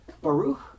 Baruch